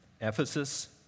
Ephesus